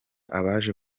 abaje